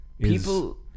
people